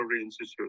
institute